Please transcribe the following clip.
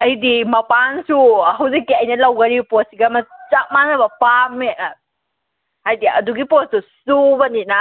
ꯑꯩꯗꯤ ꯃꯄꯥꯟꯁꯨ ꯍꯧꯖꯤꯛꯀꯤ ꯑꯩꯅ ꯂꯧꯈꯔꯤꯕ ꯄꯣꯠꯁꯤꯒ ꯃꯆꯨ ꯆꯞ ꯃꯥꯟꯅꯕ ꯄꯥꯝꯃꯦ ꯍꯥꯏꯗꯤ ꯑꯗꯨꯒꯤ ꯄꯣꯠꯇꯨ ꯆꯨꯕꯅꯤꯅ